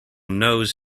nose